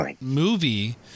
movie